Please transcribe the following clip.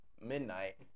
midnight